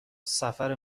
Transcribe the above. سفر